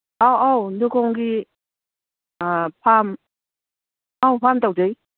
ꯑꯧ ꯑꯧ ꯂꯨꯈꯣꯡꯒꯤ ꯐꯥꯝ ꯑꯧ ꯐꯥꯝ ꯇꯧꯖꯩ